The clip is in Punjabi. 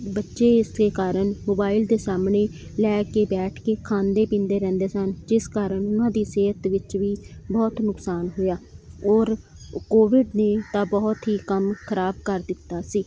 ਬੱਚੇ ਇਸ ਦੇ ਕਾਰਨ ਮੋਬਾਈਲ ਦੇ ਸਾਹਮਣੇ ਲੈ ਕੇ ਬੈਠ ਕੇ ਖਾਂਦੇ ਪੀਂਦੇ ਰਹਿੰਦੇ ਸਨ ਜਿਸ ਕਾਰਨ ਉਨ੍ਹਾਂ ਦੀ ਸਿਹਤ ਵਿੱਚ ਵੀ ਬਹੁਤ ਨੁਕਸਾਨ ਹੋਇਆ ਔਰ ਕੋਵਿਡ ਨੇ ਤਾਂ ਬਹੁਤ ਹੀ ਕੰਮ ਖ਼ਰਾਬ ਕਰ ਦਿੱਤਾ ਸੀ